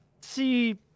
see